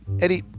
Eddie